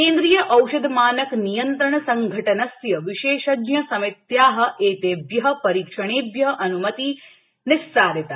केन्द्रीय औषध मानक नियंत्रण संघटनस्य विशेषज्ञ समित्या एतेभ्यः परीक्षणेभ्यः अन्मतिः निस्सारिता